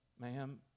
ma'am